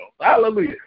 Hallelujah